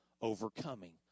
overcoming